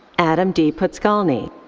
adam d. podskalny.